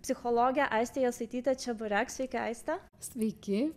psichologė aistė jasaitytė čeburek sveiki aiste sveiki